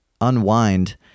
unwind